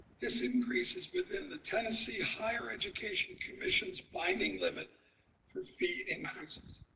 this increase is within the tennessee higher education commission's binding limit for fee increases.